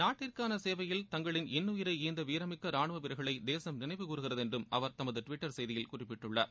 நாட்டிற்கான சேவையில் தங்களின் இன்னுயிரை ஈந்த வீரமிக்க ராணுவ வீரர்களை தேசம் நினைவு கூர்கிறது என்றும் அவர் தமது டுவிட்டர் செய்தியில் குறிப்பிட்டுள்ளார்